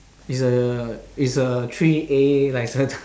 is a is a three A licence